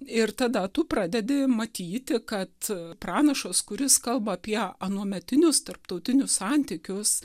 ir tada tu pradedi matyti kad pranašas kuris kalba apie anuometinius tarptautinius santykius